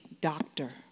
doctor